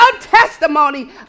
testimony